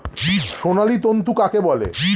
সোনালী তন্তু কাকে বলে?